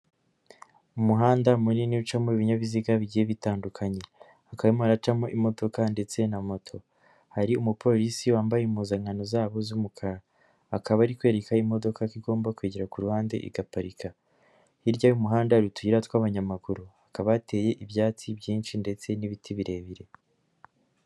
Umuhanda munini ucamo ibinyabiziga bigiye bitandukanye, hakaba harimo haracamo imodoka ndetse na moto, hari umupolisi wambaye impuzankano zabo z'umukara, akaba ari kwereka imodoka ko igomba kwegera ku ruhande igaparika, hirya y'umuhanda hari utuyira tw'abanyamaguru, hakaba hateye ibyatsi byinshi ndetse n'ibiti birebire.